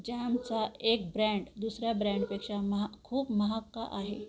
जॅमचा एक ब्रँड दुसऱ्या ब्रँडपेक्षा महा खूप महाग का आहे